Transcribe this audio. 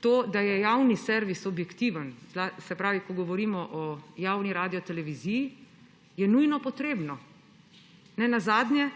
to, da je javni servis objektiven, se pravi, ko govorimo o javni radioteleviziji, je nujno potrebno. Nenazadnje